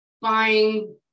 buying